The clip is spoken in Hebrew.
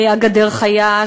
"גדר חיה",